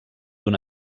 una